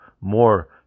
more